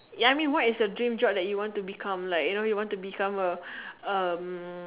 ya I mean what is your dream job that you want to become like you know you want to become a um